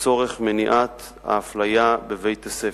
לצורך מניעת האפליה בבית-הספר.